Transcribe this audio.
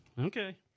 Okay